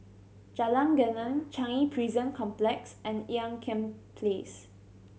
Jalan Geneng Changi Prison Complex and Ean Kiam Place